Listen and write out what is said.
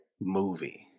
movie